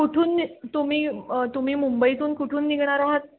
कुठून आणि तुम्ही तुम्ही मुंबईतून कुठून निघणार आहात